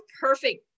perfect